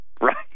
Right